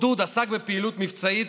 דמי אבטלה לעצמאים: